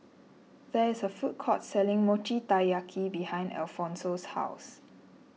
there is a food court selling Mochi Taiyaki behind Alphonso's house